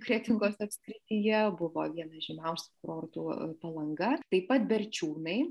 kretingos apskrityje buvo vienas žymiausių kurortų palanga taip pat berčiūnai